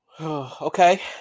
Okay